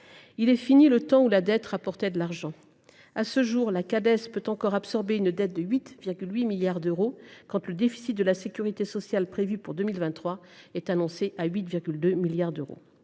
Il est fini, le temps où la dette rapportait de l’argent… À ce jour, la Cades peut absorber une dette de 8,8 milliards d’euros, quand le déficit de la sécurité sociale prévu pour 2023 est de 8,2 milliards d’euros